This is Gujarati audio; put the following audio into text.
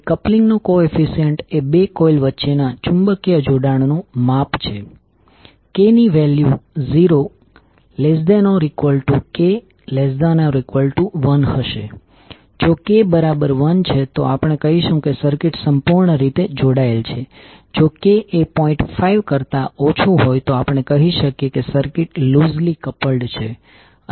તેથી સેલ્ફ ઇન્ડ્યુઝડ Ldidt થી વિપરીત કારણ કે Ldidtની તમે પોલારીટી ગોતી શકો છો અને કરંટની દિશા ના સંદર્ભમાં અને વોલ્ટેજની પોલારીટી ના સંદર્ભમાં તમે કેવી રીતે પોલારીટી મેળવશો